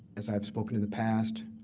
as i have spoken in the past,